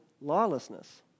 lawlessness